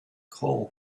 call